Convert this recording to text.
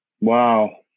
Wow